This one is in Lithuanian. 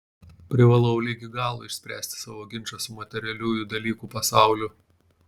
privalau ligi galo išspręsti savo ginčą su materialiųjų dalykų pasauliu